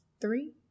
three